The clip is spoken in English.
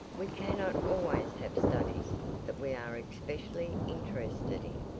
we cannot always have studies that we are especially interested in.